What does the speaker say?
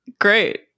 Great